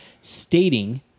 stating